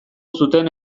zuten